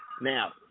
Now